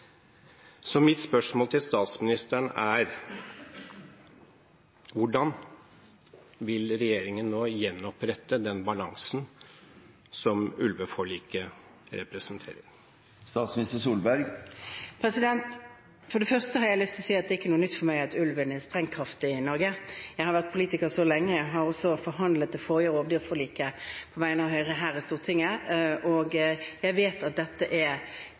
Mitt spørsmål til statsministeren er: Hvordan vil regjeringen nå gjenopprette den balansen som ulveforliket representerer? For det første har jeg lyst til å si at det er ikke noe nytt for meg er ulven er sprengkraftig i Norge. Jeg har vært politiker lenge, jeg har også forhandlet det forrige rovdyrforliket på vegne av Høyre her i Stortinget, og jeg vet at dette er